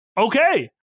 okay